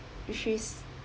which is